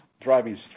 driving